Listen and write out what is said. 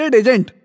agent